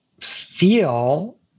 feel